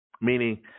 meaning